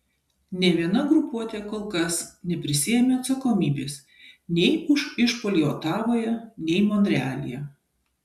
nė viena grupuotė kol kas neprisiėmė atsakomybės nei už išpuolį otavoje nei monrealyje